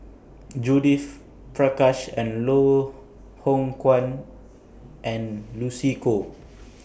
Judith Prakash and Loh Hoong Kwan and Lucy Koh